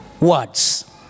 Words